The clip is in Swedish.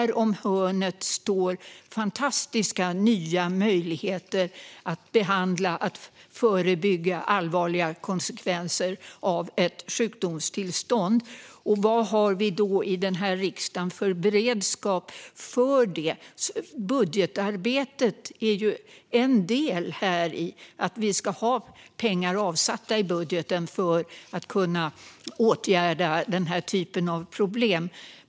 Runt hörnet finns fantastiska nya möjligheter att behandla och förebygga allvarliga konsekvenser av ett sjukdomstillstånd. Vad har vi då i denna riksdag för beredskap för detta? Budgetarbetet är ju en del av det - vi ska ha pengar avsatta i budgeten för att kunna åtgärda den här typen av problem.